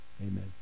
Amen